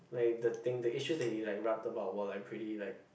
like the thing the issues that he like rapped about were like pretty like